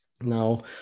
Now